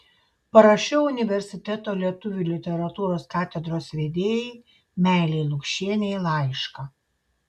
parašiau universiteto lietuvių literatūros katedros vedėjai meilei lukšienei laišką